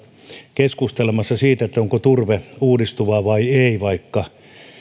keskustelemassa siitä onko turve uudistuvaa vai ei vaikka